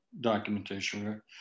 documentation